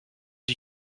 die